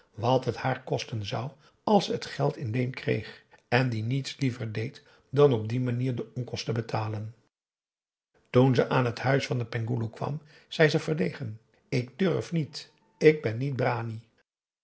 het haar kosten zou als ze het geld in leen kreeg en die niets liever deed dan op die manier de onkosten betalen toen ze aan het huis van den penghoeloe kwam zei ze verlegen ik durf niet ik ben niet brani